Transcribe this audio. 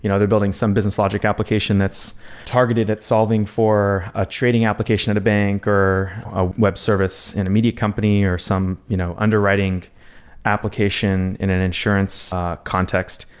you know they're building some business logic application that's targeted at solving for a trading application at a bank or a web service in a media company or some you know underwriting application in an insurance context,